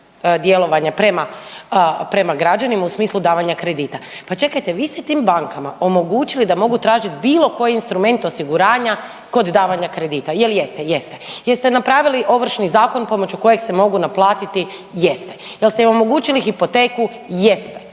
prema građanima u smislu davanja kredita. Pa čekajte, vi ste tim bankama omogućili da mogu tražiti bilo koji instrument osiguranja kod davanja kredita, je li jeste? Jeste. Jeste napravili Ovršni zakon pomoći kojeg se mogu naplatiti? Jeste. Jeste li omogućili hipoteku? Jeste.